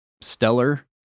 stellar